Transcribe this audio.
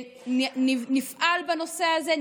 ונפעל בנושא הזה,